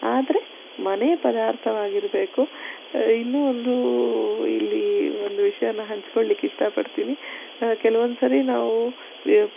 ಆದರೆ ಮನೆ ಪದಾರ್ಥವಾಗಿರ್ಬೇಕು ಇನ್ನು ಒಂದು ಇಲ್ಲಿ ಒಂದು ವಿಷಯನ ಹಂಚಿಕೊಳ್ಳಿಕ್ಕೆ ಇಷ್ಟಪಡ್ತೀನಿ ಕೆಲವೊಂದ್ಸರಿ ನಾವು